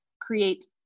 create